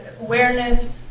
Awareness